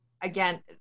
again